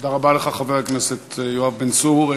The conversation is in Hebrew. תודה רבה לך, חבר הכנסת יואב בן צור.